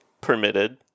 Permitted